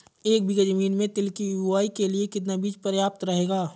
एक बीघा ज़मीन में तिल की बुआई के लिए कितना बीज प्रयाप्त रहेगा?